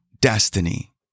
destiny